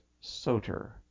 Soter